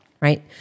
right